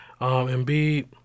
Embiid